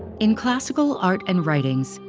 in classical art and writings,